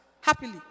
happily